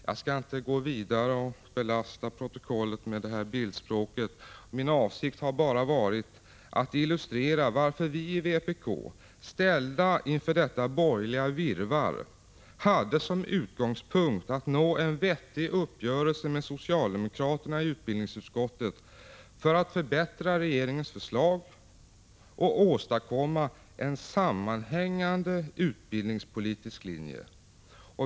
Jag skall inte gå vidare och belasta protokollet med det här bildspråket. Min avsikt har bara varit att illustrera varför vi i vpk, ställda inför detta borgerliga virrvarr, hade som utgångspunkt att nå en vettig uppgörelse med socialdemokraterna i utbildningsutskottet för att förbättra regeringens förslag och åstadkomma en sammanhängande utbildningspolitisk linje.